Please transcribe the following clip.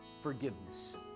forgiveness